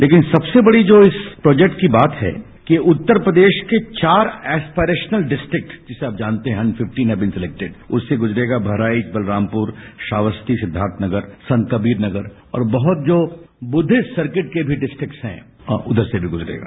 लेकिन सबसे बड़ी जो इस प्रोजेक्ट की बात है कि उत्तर प्रदेश के चार एस्पीरेशनल डिट्रिक्स जिसे आप जानते हैं and fifteen has been selected उससे गुजरेगा बहराइच बलरामपुर श्रावस्ती सिद्वार्थनगर संतकबीरनगर और बहुत जो बुद्विप्ट सर्किट के भी डिप्ट्रिक्स हैं उधर से भी गुजरेगा